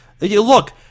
Look